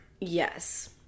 Yes